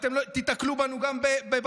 אתם תיתקלו בנו גם בברצלונה,